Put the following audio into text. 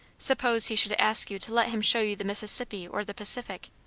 suppose he should ask you to let him show you the mississippi, or the pacific?